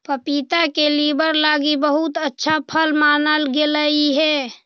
पपीता के लीवर लागी बहुत अच्छा फल मानल गेलई हे